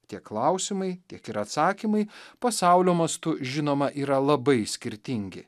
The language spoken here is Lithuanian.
tiek klausimai tiek ir atsakymai pasaulio mastu žinoma yra labai skirtingi